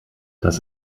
das